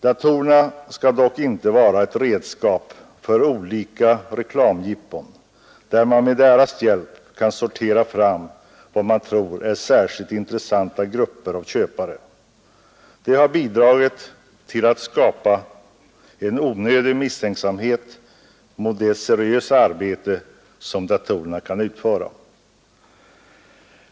Datorerna skall dock inte vara ett redskap för olika reklamjippon så att man med deras hjälp sorterar fram vad man tror är särskilt intressanta grupper av köpare. Det har bidragit till att skapa en onödig misstänksamhet mot det seriösa arbete som datorerna kan utföra.